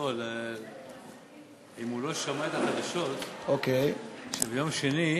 לא, אם הוא לא שמע את ההצעות של יום שני,